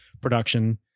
production